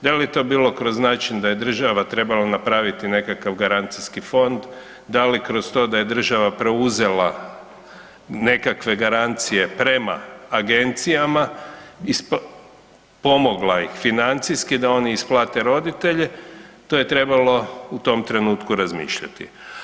Da li je to bilo kroz način da je država trebala napraviti nekakav garancijski fond, da li kroz to da je država preuzela nekakve garancije prema agencijama, pomogla ih financijski da oni isplate roditelje, to je trebalo u tom trenutku razmišljati.